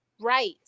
Right